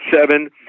seven